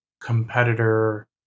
competitor